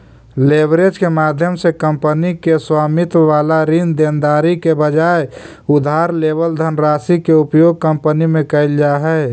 leverage के माध्यम से कंपनी के स्वामित्व वाला ऋण देनदारी के बजाय उधार लेवल धनराशि के उपयोग कंपनी में कैल जा हई